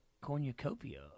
cornucopia